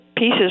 Pieces